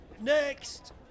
Next